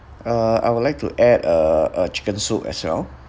uh I would like to add uh a chicken soup as well